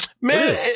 man